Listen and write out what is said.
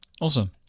Awesome